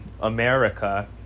America